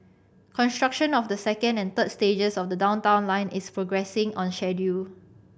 construction of the second and third stages of the Downtown Line is progressing on schedule